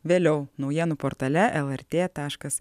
vėliau naujienų portale lrt taškas